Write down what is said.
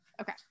okay